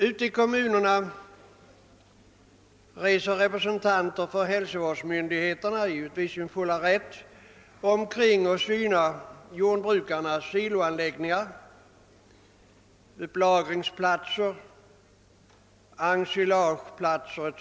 Ute i kommunerna reser representanter för hälsovårdsmyndigheterna — och de är därvidlag givetvis i sin full rätt — omkring och synar jordbrukarnas siloanläggningar, upplagringsplatser, ensilageplatser etc.